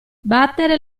battere